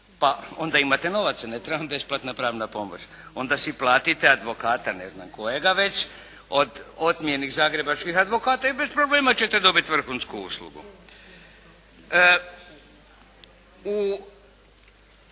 pa onda imate novaca ne treba vam besplatna pravna pomoć, onda si platite advokata ne znam kojega već, od otmjenih zagrebačkih advokata i bez problema ćete dobiti vrhunsku uslugu.